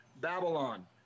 Babylon